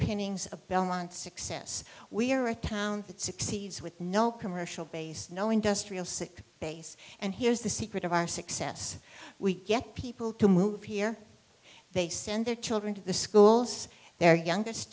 underpinnings of belmont success we're a town that succeeds with no commercial base no industrial sick base and here's the secret of our success we get people to move here they send their children to the schools their youngest